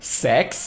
sex (